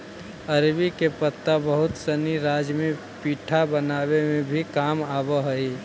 अरबी के पत्ता बहुत सनी राज्य में पीठा बनावे में भी काम आवऽ हई